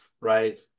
right